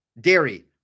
Dairy